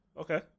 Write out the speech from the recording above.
Okay